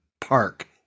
park